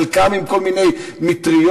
חלקם עם כל מיני מטריות,